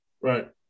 right